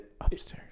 upstairs